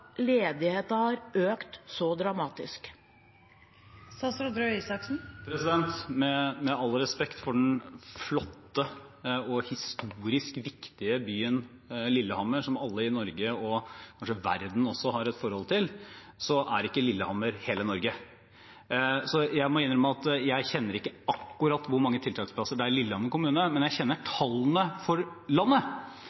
har økt så dramatisk? Med all respekt for den flotte og historisk viktige byen Lillehammer, som alle i Norge og kanskje verden også har et forhold til, er ikke Lillehammer hele Norge. Jeg må innrømme at jeg kjenner ikke til akkurat hvor mange tiltaksplasser det er i Lillehammer kommune, men jeg kjenner